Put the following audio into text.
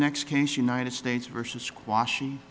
next case united states versus squash